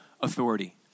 authority